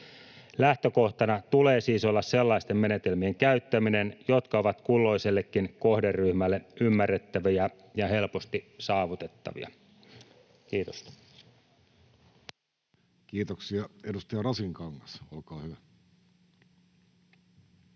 Lähtökohtana tulee siis olla sellaisten menetelmien käyttäminen, jotka ovat kulloisellekin kohderyhmälle ymmärrettäviä ja helposti saavutettavia. — Kiitos. [Speech 15] Speaker: Jussi Halla-aho Party: